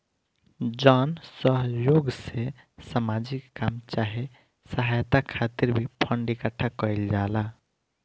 जन सह योग से सामाजिक काम चाहे सहायता खातिर भी फंड इकट्ठा कईल जाला